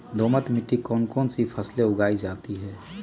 दोमट मिट्टी कौन कौन सी फसलें उगाई जाती है?